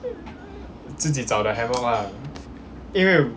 自己找的 hammock lah 因为